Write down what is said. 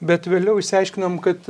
bet vėliau išsiaiškinom kad